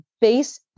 base